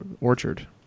orchard